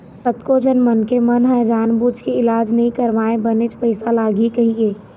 कतको झन मनखे मन ह जानबूझ के इलाज नइ करवाय बनेच पइसा लगही कहिके